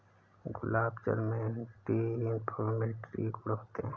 गुलाब जल में anti inflammatory गुण होते हैं